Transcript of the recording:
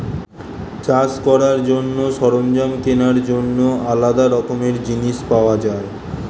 চাষ করার জন্য সরঞ্জাম কেনার জন্য আলাদা রকমের জিনিস পাওয়া যায়